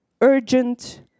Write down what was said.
urgent